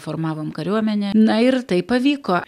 reformavom kariuomenę na ir tai pavyko